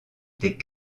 des